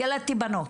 ילדתי בנות.